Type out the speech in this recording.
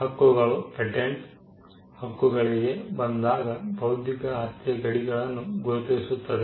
ಹಕ್ಕುಗಳು ಪೇಟೆಂಟ್ ಹಕ್ಕುಗಳಿಗೆ ಬಂದಾಗ ಬೌದ್ಧಿಕ ಆಸ್ತಿಯ ಗಡಿಗಳನ್ನು ಗುರುತಿಸುತ್ತದೆ